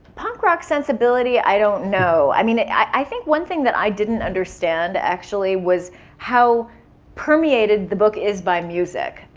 punk rock sensibility, i don't know. i mean, i think one thing that i didn't understand actually, was how permeated the book is by music.